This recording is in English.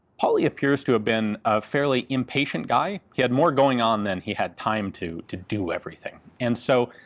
pauly appears to have been a fairly impatient guy. he had more going on than he had time to to do everything. and so,